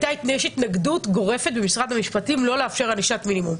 יש התנגדות גורפת במשרד המשפטים לא לאפשר ענישת מינימום.